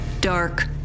dark